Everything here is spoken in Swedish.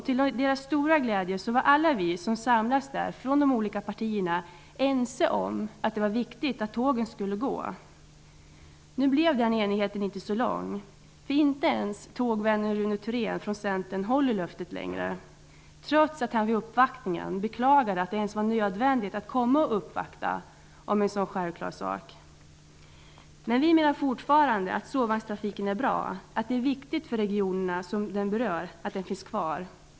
Till deras stora glädje var alla vi som samlats där från de olika partierna ense om att det var viktigt att tågen skulle gå. Nu blev den enigheten inte så lång. Inte ens tågvännen Rune Thorén från Centern håller det löftet, trots att han vid uppvaktningen beklagade att det inte ens var nödvändigt att komma och uppvakta om en sådan självklar sak. Vi menar fortfarande att sovvagnstrafiken är bra. Det är viktigt att den finns kvar för de regioner som den berör.